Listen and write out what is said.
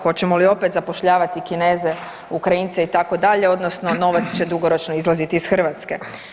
Hoćemo li opet zapošljavati Kineze, Ukrajince itd. odnosno novac će dugoročno izlaziti iz Hrvatske?